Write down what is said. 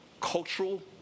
cultural